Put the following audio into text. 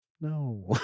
No